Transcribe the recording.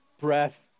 breath